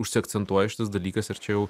užsiakcentuoja šitas dalykas ir čia jau